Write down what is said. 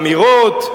האמירות,